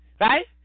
right